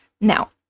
Now